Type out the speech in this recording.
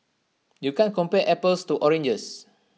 you can't compare apples to oranges